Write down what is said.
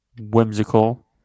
whimsical